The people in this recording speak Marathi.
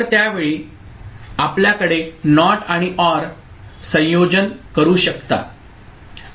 तर त्या वेळी आपल्याकडे NOT आणि OR संयोजन करू शकता ठीक